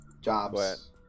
Jobs